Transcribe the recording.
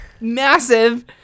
massive